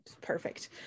perfect